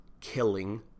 killing